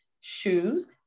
shoes